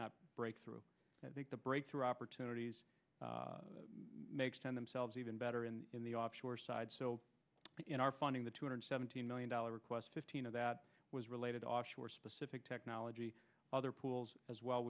not breakthrough i think the breakthrough opportunities may extend themselves even better in in the offshore side so in our funding the two hundred seventy million dollars request that was related offshore specific technology other pools as well